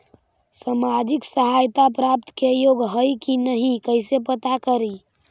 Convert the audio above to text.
सामाजिक सहायता प्राप्त के योग्य हई कि नहीं कैसे पता करी?